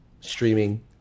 streaming